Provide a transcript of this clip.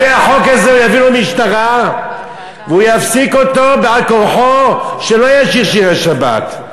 יביאו לו משטרה והוא יפסיק אותו בעל כורחו שלא ישיר שירי שבת,